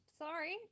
sorry